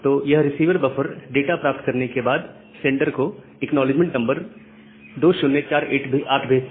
तो यह receiver buffer data प्राप्त करने के बाद सेंडर को एक्नॉलेजमेंट नंबर 2048 भेजता है